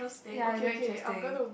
ya it's very interesting